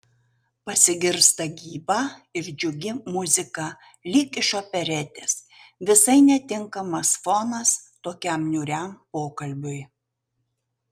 pasigirsta gyva ir džiugi muzika lyg iš operetės visai netinkamas fonas tokiam niūriam pokalbiui